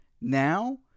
now